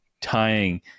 tying